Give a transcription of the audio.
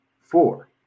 four